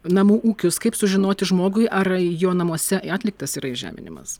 namų ūkius kaip sužinoti žmogui ar jo namuose atliktas yra įžeminimas